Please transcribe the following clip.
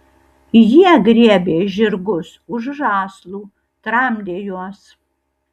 jie griebė žirgus už žąslų tramdė juos